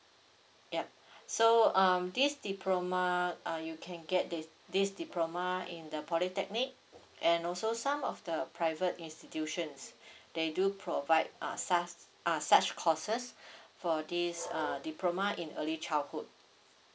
yup so um this diploma uh you can get this this diploma in the polytechnic and also some of the private institutions they do provide uh such uh such courses for this uh diploma in early childhood